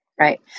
Right